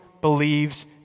believes